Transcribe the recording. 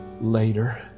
later